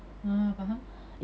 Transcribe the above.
ah faham